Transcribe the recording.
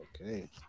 Okay